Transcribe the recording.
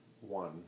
one